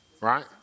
Right